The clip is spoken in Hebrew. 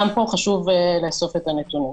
גם פה חשוב לאסוף את הנתונים.